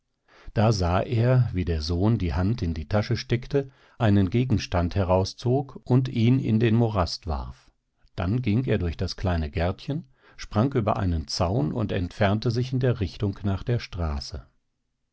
da sah er wie der sohn die hand in die tasche steckte einen gegenstand herauszog und ihn in den morast warf dann ging er durch das kleine gärtchen sprang über einen zaun und entfernte sich in der richtung nach der straße